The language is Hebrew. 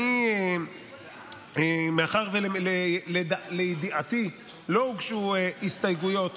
מאחר שלידיעתי לא הוגשו הסתייגויות